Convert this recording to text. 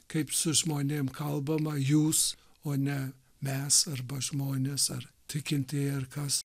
kaip su žmonėm kalbama jūs o ne mes arba žmonės ar tikintieji ar kas